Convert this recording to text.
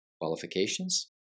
qualifications